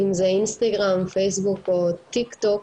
אם זה אינסטגרם, פייסבוק או טיקטוק.